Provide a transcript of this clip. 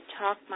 talk